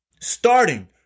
starting